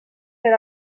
per